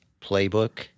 playbook